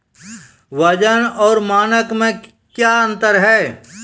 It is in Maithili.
वजन और मानक मे क्या अंतर हैं?